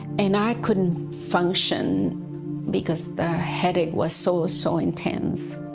and i couldn't function because headache was so, so intense.